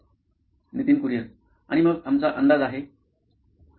Nitin Kurian COO nine electronics आणि मग आमचा अंदाज आहे